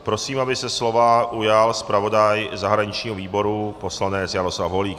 Prosím, aby se slova ujal zpravodaj zahraničního výboru poslanec Jaroslav Holík.